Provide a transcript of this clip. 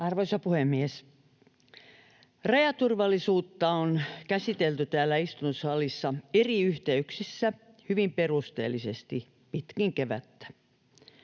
Arvoisa puhemies! Rajaturvallisuutta on käsitelty täällä istuntosalissa eri yhteyksissä hyvin perusteellisesti pitkin kevättä.